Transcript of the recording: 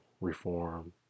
reform